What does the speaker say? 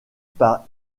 par